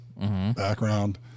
background